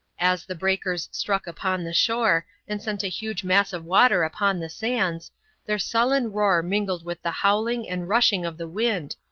as the breakers struck upon the shore, and sent a huge mass of water upon the sands their sullen roar mingled with the howling and rushing of the wind,